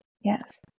yes